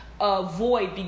avoid